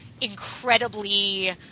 incredibly